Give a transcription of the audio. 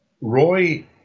Roy